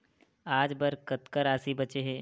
आज बर कतका राशि बचे हे?